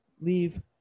leave